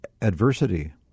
adversity